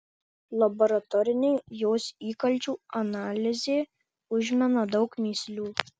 laboratorinė jos įkalčių analizė užmena daug mįslių